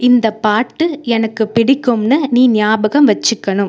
இந்த பாட்டு எனக்குப் பிடிக்கும்ன்னு நீ ஞாபகம் வைச்சுக்கணும்